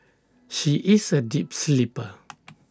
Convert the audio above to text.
she is A deep sleeper